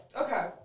Okay